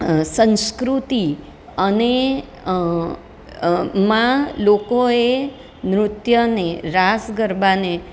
સંસ્કૃતિ અને માં લોકોએ નૃત્યને રાસ ગરબાને